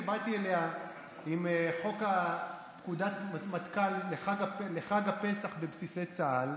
באתי אליה עם חוק פקודת מטכ"ל לחג הפסח בבסיסי צה"ל,